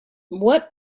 what